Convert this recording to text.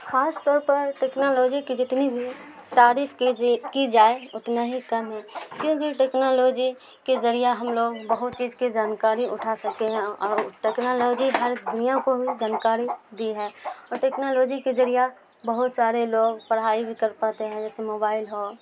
خاص طور پر ٹیکنالوجی کی جتنی بھی تعریف کیجیے کی جائے اتنا ہی کم ہے کیونکہ ٹیکنالوجی کے ذریعہ ہم لوگ بہت چیز کی جانکاری اٹھا سکتے ہیں اور ٹیکنالوجی ہر دنیا کو بھی جانکاری دی ہے اور ٹیکنالوجی کے ذریعہ بہت سارے لوگ پڑھائی بھی کر پاتے ہیں جیسے موبائل ہو